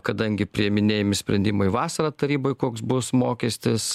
kadangi priiminėjami sprendimai vasarą taryboj koks bus mokestis